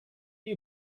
you